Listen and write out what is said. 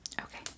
Okay